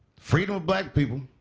freedom of black people,